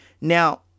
Now